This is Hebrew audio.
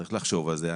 צריך לחשוב על זה,